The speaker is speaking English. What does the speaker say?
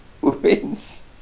wins